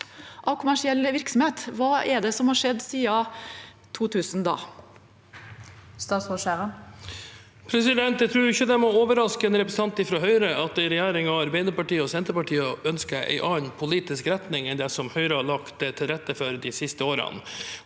av kommersiell virksomhet. Hva er det som har skjedd siden 2000? Statsråd Bjørnar Skjæran Jeg tror ikke det må overraske en representant fra Høyre at en regjering av Arbeiderpartiet og Senterpartiet ønsker en annen politisk retning enn det Høyre har lagt til rette for de siste årene.